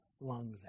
lungs